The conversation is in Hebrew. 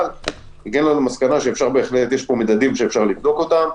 הגענו למסקנה שיש בפיילוט מדדים שאפשר לבדוק אותם,